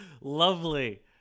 lovely